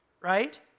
right